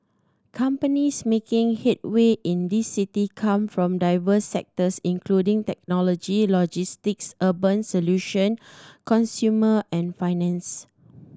companies making headway in this city come from diverse sectors including technology logistics urban solution consumer and finance